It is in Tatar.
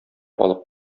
алып